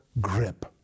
grip